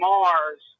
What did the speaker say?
Mars